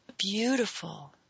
Beautiful